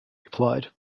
replied